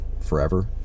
forever